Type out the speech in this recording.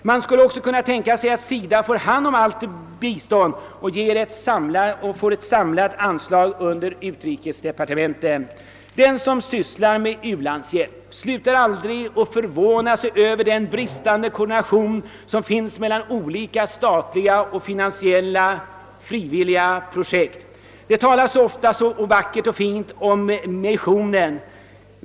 Man skulle också kunna tänka sig att SIDA får ta hand om allt bistånd och får ett samlat anslag under utrikesdepartementet. Den som sysslar: med u-landshjälp slutar aldrig att förvåna sig över den bristande koordinationen mellan olika statliga och frivilliga projekt. Det talas ofta så vackert om missionen.